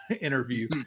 interview